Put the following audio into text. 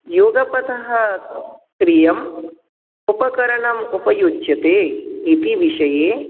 युगपथः प्रियम् उपरकरणम् उपयुज्यते इति विषये